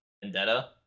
Vendetta